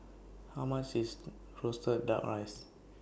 How much IS Roasted Duck Rice